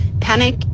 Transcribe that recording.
panic